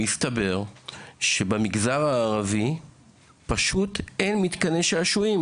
מסתבר שבמגזר הערבי פשוט אין מתקני שעשועים,